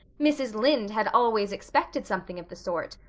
mrs. lynde had always expected something of the sort!